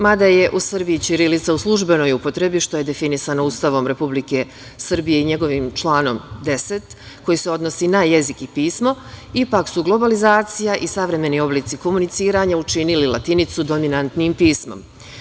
Mada je u Srbiji ćirilica u službenoj upotrebi, što je definisano Ustavom Republike Srbije i njegovim članom 10. koji se odnosi na jezik i pismo ipak su globalizacija i savremeni oblici komuniciranja učinili latinicu dominantnijim pismom.